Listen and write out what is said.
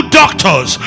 doctors